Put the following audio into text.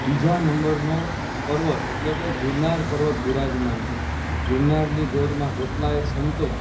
બીજા નંબરનો પર્વત એટલે કે ગિરનાર પર્વત બિરાજમાન છે ગિરનારની ગોદમાં કેટલાય સંતો